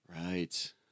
Right